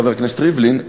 חבר הכנסת ריבלין,